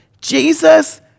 Jesus